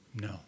No